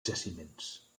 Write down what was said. jaciments